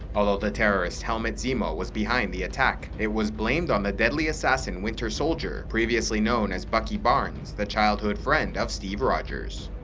although the terrorist helmut zemo was behind the attack, it was blamed on the deadly assassin winter soldier, previously known as bucky barnes, the childhood friend of steve rogers.